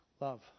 love